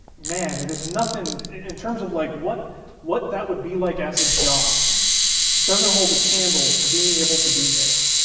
man, it is nothing in terms of like what what that would be like as a job doesn't hold a candle to being able to do this.